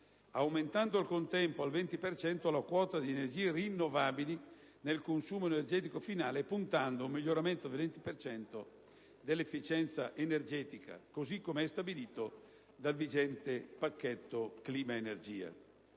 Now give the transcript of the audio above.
aumentando al contempo al 20 per cento la quota di energie rinnovabili nel consumo energetico finale e puntando ad un miglioramento del 20 per cento dell'efficienza energetica, così come stabilito dal vigente pacchetto clima-energia.